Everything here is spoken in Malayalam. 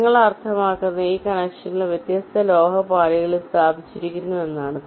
നിറങ്ങൾ അർത്ഥമാക്കുന്നത് ഈ കണക്ഷനുകൾ വ്യത്യസ്ത ലോഹ പാളികളിൽ സ്ഥാപിച്ചിരിക്കുന്നു എന്നാണ്